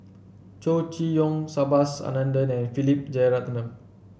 Chow Chee Yong Subhas Anandan and Philip Jeyaretnam